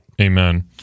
Amen